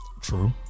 True